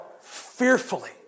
fearfully